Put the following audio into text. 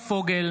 משה פסל,